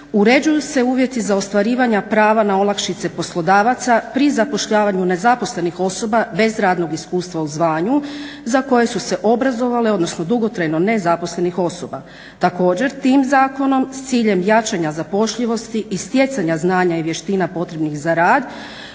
uređuju se uvjeti za ostvarivanja prava na olakšice poslodavaca pri zapošljavanju nezaposlenih osoba bez radnog iskustva u zvanju za koje su se obrazovale, odnosno dugotrajno nezaposlenih osoba. Također tim zakonom s ciljem jačanja zapošljivosti i stjecanja znanja i vještina potrebnih za rad,